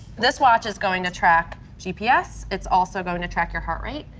this watch is going to track gps, it's also going to track your heart rate.